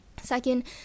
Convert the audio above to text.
Second